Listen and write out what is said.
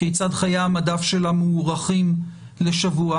כיצד חיי המדף שלה מוארכים לשבוע?